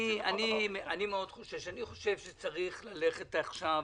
אני מאוד חושש, אני חושב שצריך ללכת עכשיו